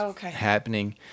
happening